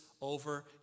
over